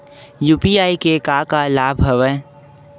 UPI के का का लाभ हवय?